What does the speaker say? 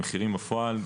המחירים בפועל,